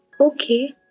Okay